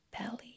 belly